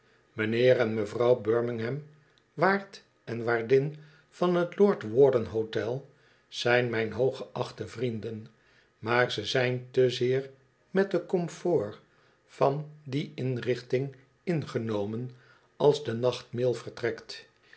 mijnheer en mevrouw birmingham waard en waardin van t lord warden hotel zijn mijn hooggeachte vrienden maar ze zijn te zeer met de comforts van die inrichting ingenomen als de nacht mail vertrekt